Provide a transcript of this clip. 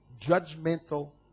judgmental